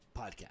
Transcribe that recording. podcast